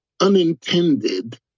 unintended